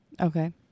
Okay